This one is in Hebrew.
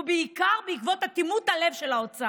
ובעיקר בעקבות אטימות הלב של האוצר.